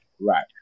Right